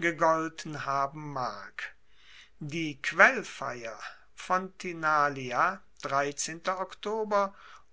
gegolten haben mag die quell